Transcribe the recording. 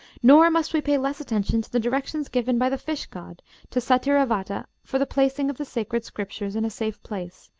nor must we pay less attention to the directions given by the fish-god to satyravata for the placing of the sacred scriptures in a safe place,